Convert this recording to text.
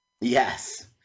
Yes